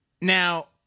Now